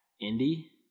Indy